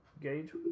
gauge